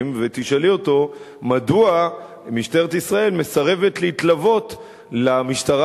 ותשאלי אותו מדוע משטרת ישראל מסרבת להתלוות למשטרה